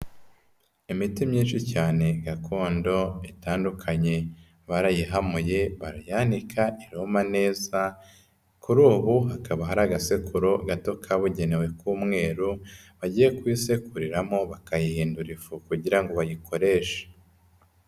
Imiti myinshi cyane gakondo itandukanye, barayihamuye, barayanika iruma neza, kuri ubu hakaba hari agasekuru gato kabugenewe k'umweru bagiye kuyisekuriramo bakayihindura ifu kugira ngo bayikoreshe.